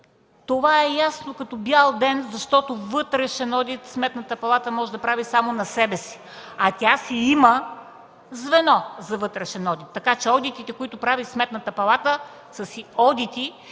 това е ясно като бял ден, защото вътрешен одит Сметната палата може да прави само на себе си, а тя си има звено за вътрешен одит, така че одитите, които прави Сметната палата, са си одити